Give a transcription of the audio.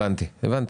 הבנתי, הבנתי.